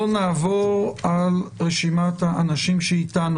נמצא איתנו